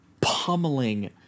pummeling